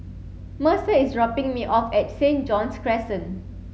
Mercer is dropping me off at Saint John's Crescent